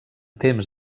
temps